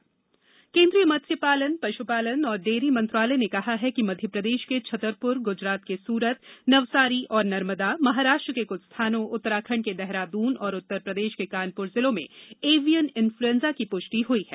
bird flu केन्द्रीय मत्स्यपालन पश्पालन और डेयरी मंत्रालय ने कहा है कि मध्यप्रदेश के छतरपुर गुजरात के सूरत नवसारी और नर्मदा महाराष्ट्र के कुछ स्थानों उत्तराखंड के देहरादून और उत्तर प्रदेश के कानपुर जिलों में एविएन इन्फ्लुएंजा की पुष्टि हुई है